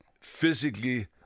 Physically